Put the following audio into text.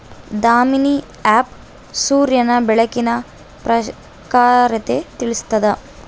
Damini app ಸೂರ್ಯನ ಬೆಳಕಿನ ಪ್ರಖರತೆ ತಿಳಿಸ್ತಾದ